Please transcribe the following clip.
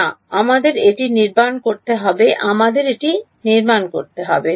না আমাদের এটি তৈরি করতে হবে আমাদের এটি তৈরি করতে হবে